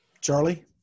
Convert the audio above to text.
Charlie